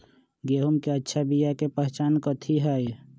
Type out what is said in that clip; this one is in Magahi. गेंहू के अच्छा बिया के पहचान कथि हई?